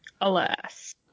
alas